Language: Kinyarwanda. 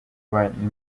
ibarizwa